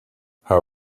how